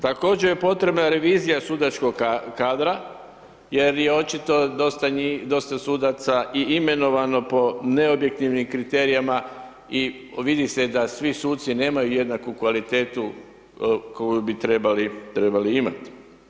Također je potrebna revizija sudačkog kadra jer je očito dosta njih, dosta sudaca i imenovano po neobjektivnim kriterijima i vidi se da svi suci nemaju jednaku kvalitetu koju bi trebali imati.